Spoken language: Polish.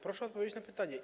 Proszę odpowiedzieć na pytanie.